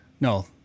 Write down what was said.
No